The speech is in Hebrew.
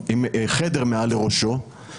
עמדה מחמירה כשמדובר על האוכלוסייה הכי פגיעה במדינת